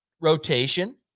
rotation